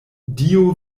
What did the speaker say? dio